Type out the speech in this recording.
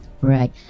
Right